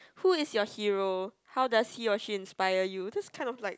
who is your Hero how does he or she inspire you that's kind of like